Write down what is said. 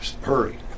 hurry